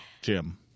Jim